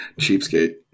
Cheapskate